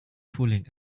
fooling